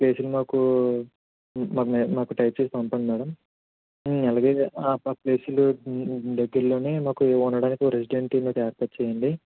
ఆ ప్లేస్లు మాకూ మాకు మాకు టైప్ చేసి పంపండి మేడమ్ అలాగే ఆ ప్లేస్లు దగ్గిర్లోనే మాకు ఉండడానికి ఓ రెసిడెంట్ అనేది ఏర్పాటు చేయండి